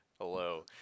Hello